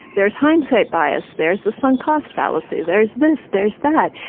there's hindsight bias. there's the sun cost fallacy. there's this. there's that.